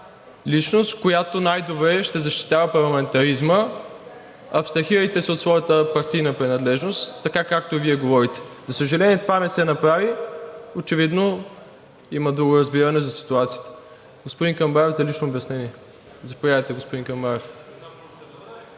личност, която най-добре ще защитава парламентаризма. Абстрахирайте се от своята партийна принадлежност, така както и Вие говорите. За съжаление, това не се направи. Очевидно има друго разбиране за ситуацията. Господин Камбарев – за лично обяснение, заповядайте.